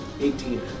Eighteen